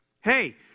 Hey